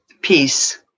Peace